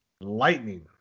Lightning